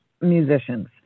musicians